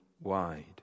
wide